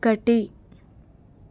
ఒకటి